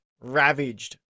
ravaged